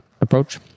approach